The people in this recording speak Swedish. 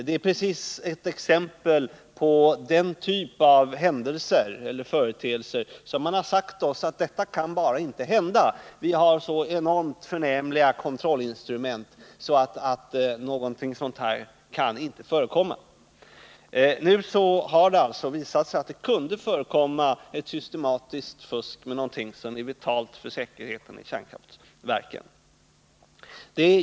Det är precis ett exempel på den typ av företeelser om vilka man har sagt oss: Detta kan bara inte hända. Vi har så enormt förnämliga kontrollinstrument att det inte kan förekomma någonting sådant. Nu har det alltså visat sig att det kunde förekomma ett systematiskt fusk med någonting som är vitalt för säkerheten i kärnkraftverken.